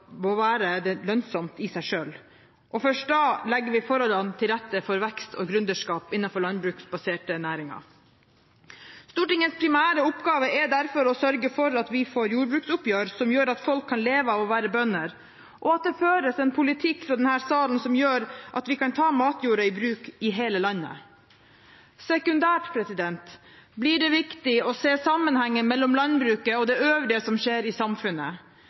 må være lønnsomt i seg selv. Først da legger vi forholdene til rette for vekst og gründerskap innenfor landbruksbaserte næringer. Stortingets primære oppgave er derfor å sørge for at vi får jordbruksoppgjør som gjør at folk kan leve av å være bønder, og at det føres en politikk fra denne sal som gjør at vi kan ta matjorden i bruk i hele landet. Sekundært blir det viktig å se sammenhengen mellom landbruket og det øvrige som skjer i samfunnet.